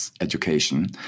education